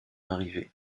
arrivée